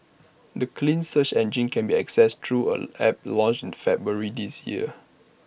the clean search engine can be accessed through an app launched in February this year